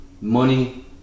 money